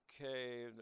okay